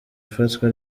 ifatwa